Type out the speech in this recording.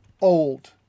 old